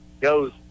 Goes